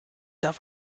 darf